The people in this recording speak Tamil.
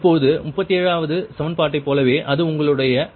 இப்போது 37 வது சமன்பாட்டைப் போலவே அது உங்களுடைய Qki